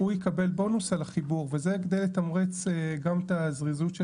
הוא יקבל בונוס על החיבור וזה כדי לתמרץ גם את הזריזות של